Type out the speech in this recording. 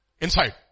inside